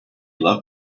loved